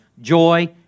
joy